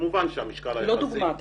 לא דוגמה.